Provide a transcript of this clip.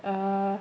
err